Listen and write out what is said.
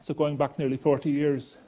so going back nearly forty years,